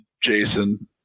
jason